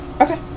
okay